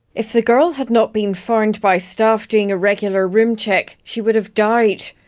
if the girl had not been found by staff doing a regular room check, she would have died.